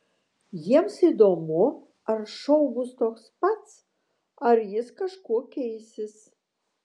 jiems įdomu ar šou bus toks pats ar jis kažkuo keisis